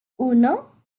uno